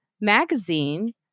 magazine